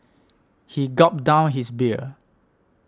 he gulped down his beer